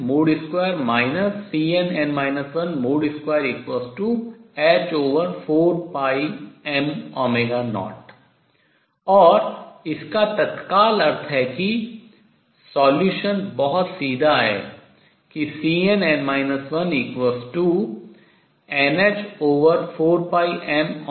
2 Cnn 12h4πm0 और इसका तत्काल अर्थ है कि solution हल बहुत सीधा है कि Cnn 1nh4πm0constant